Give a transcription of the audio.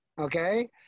Okay